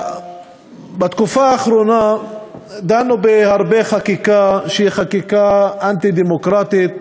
בתקופה האחרונה דנו בחקיקה רבה שהיא חקיקה אנטי-דמוקרטית,